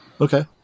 Okay